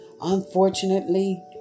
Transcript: Unfortunately